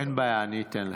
אין בעיה, אני אתן לך.